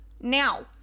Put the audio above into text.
Now